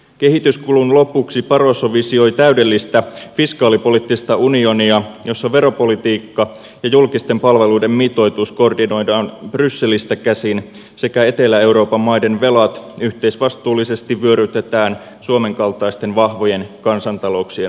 kehityskulun lopuksi barroso visioi täydellistä fiskaalipoliittista unionia jossa veropolitiikka ja julkisten palveluiden mitoitus koordinoidaan brysselistä käsin sekä etelä euroopan maiden velat yhteisvastuullisesti vyörytetään suomen kaltaisten vahvojen kansantalouksien maksettavaksi